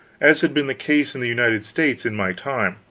as had been the case in the united states in my time.